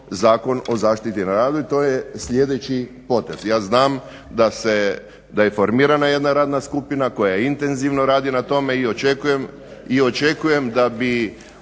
Zakon o zaštiti na radu. I to je sljedeći potez. Ja znam da je formirana jedna radna skupina koja intenzivno radi na tome i očekujem da bi